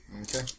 Okay